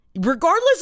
regardless